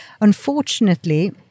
Unfortunately